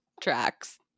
tracks